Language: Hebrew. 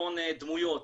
המון דמויות,